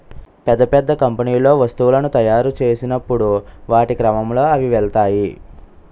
పెద్ద పెద్ద కంపెనీల్లో వస్తువులను తాయురు చేసినప్పుడు వాటి క్రమంలో అవి వెళ్తాయి